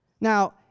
Now